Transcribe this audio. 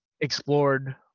explored